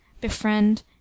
befriend